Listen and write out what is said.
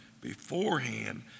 beforehand